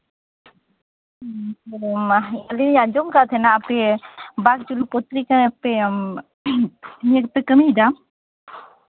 ᱦᱩᱸ ᱵᱟᱝ ᱟᱸᱡᱚᱢ ᱠᱟᱜ ᱛᱟᱦᱮᱸᱱᱟ ᱡᱮ ᱟᱯᱮ ᱵᱟᱠᱡᱩᱱᱩ ᱯᱚᱛᱨᱤᱠᱟ ᱯᱮ ᱤᱭᱟᱹ ᱨᱮᱯᱮ ᱠᱟᱹᱢᱤᱭᱮᱫᱟ